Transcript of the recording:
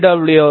W